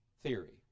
theory